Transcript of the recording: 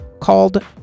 called